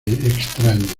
extraña